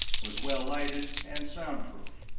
was well-lighted and soundproof,